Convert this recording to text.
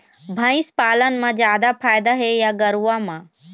भंइस पालन म जादा फायदा हे या गरवा में?